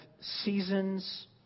seasons